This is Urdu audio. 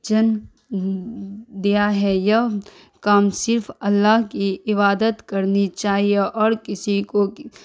جنم دیا ہے یہ کام صرف اللہ کی عبادت کرنی چاہیے اور کسی کو